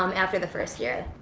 um after the first year,